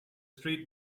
street